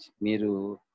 miru